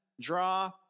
draw